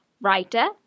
writer